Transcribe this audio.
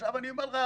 עכשיו אני אומר לך